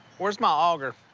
where's my auger?